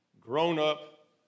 grown-up